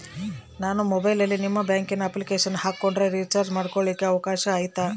ನಾನು ಮೊಬೈಲಿನಲ್ಲಿ ನಿಮ್ಮ ಬ್ಯಾಂಕಿನ ಅಪ್ಲಿಕೇಶನ್ ಹಾಕೊಂಡ್ರೆ ರೇಚಾರ್ಜ್ ಮಾಡ್ಕೊಳಿಕ್ಕೇ ಅವಕಾಶ ಐತಾ?